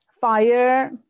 fire